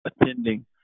attending